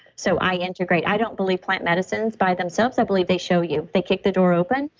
so i integrate, i don't believe plant medicines by themselves. i believe they show you, they kick the door open,